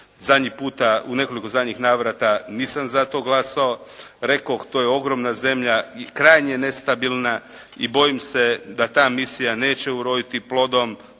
zadnji puta, u nekoliko zadnjih navrata nisam za to glasao, rekoh to je ogromna zemlja i krajnje nestabilna i bojim se da ta misija neće uroditi plodom,